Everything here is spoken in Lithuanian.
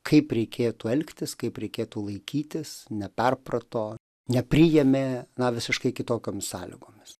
kaip reikėtų elgtis kaip reikėtų laikytis neperprato nepriėmė na visiškai kitokiomis sąlygomis